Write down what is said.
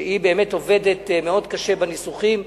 שעובדת קשה מאוד בניסוחים,